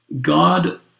God